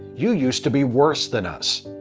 you used to be worse than us.